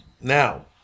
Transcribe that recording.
Now